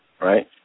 right